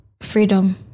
Freedom